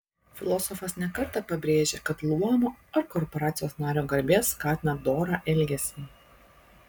filosofas ne kartą pabrėžia kad luomo ar korporacijos nario garbė skatina dorą elgesį